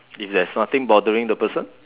if there's nothing bothering the person